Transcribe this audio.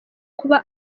kuba